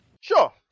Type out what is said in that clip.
Sure